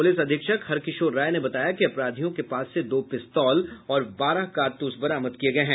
police अधीक्षक हरकिशोर राय ने बताया कि अपराधियों के पास से दो पिस्तौल और बारह कारतूस बरामद किये गये हैं